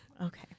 Okay